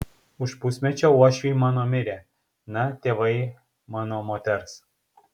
už pusmečio uošviai mano mirė na tėvai mano moters